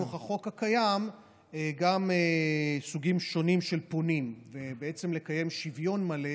בתוך החוק הקיים גם סוגים שונים של פונים ולקיים שוויון מלא,